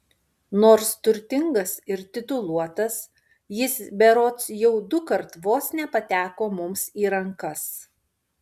nors turtingas ir tituluotas jis berods jau dukart vos nepateko mums į rankas